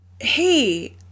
Hey